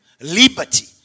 liberty